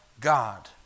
God